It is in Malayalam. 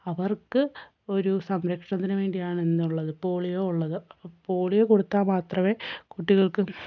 അവർക്ക് ഒരു സംരക്ഷണത്തിന് വേണ്ടിയാണ് എന്നുള്ളത് പോളിയോ ഉള്ളത് മ് പോളിയോ കൊടുത്താൽ മാത്രമേ കുട്ടികൾക്ക്